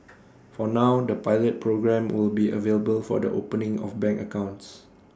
for now the pilot programme will be available for the opening of bank accounts